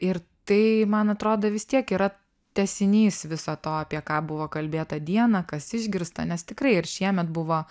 ir tai man atrodo vis tiek yra tęsinys viso to apie ką buvo kalbėta dieną kas išgirsta nes tikrai ir šiemet buvo